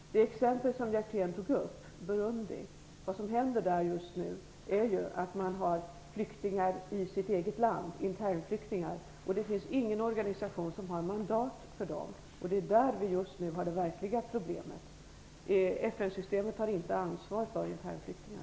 Det exempel som Lars Hjertén tog upp var Burundi. Vad som händer där just nu är att man har flyktingar i sitt eget land, alltså internflyktingar. Det finns ingen organisationer som har mandat för dem. Det är där vi nu har det verkliga problemet. FN-systemet har inte ansvar för dessa flyktingar.